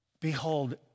Behold